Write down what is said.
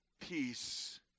peace